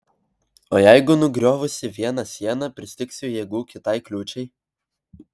o jeigu nugriovusi vieną sieną pristigsiu jėgų kitai kliūčiai